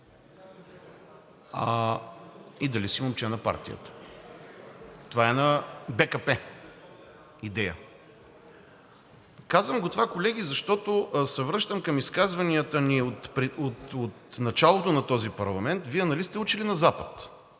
и дали си момче на партията. Това е на БКП идея. Казвам го това, колеги, защото се връщам към изказванията ни от началото на този парламент. Вие нали сте учили на Запад,